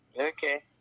Okay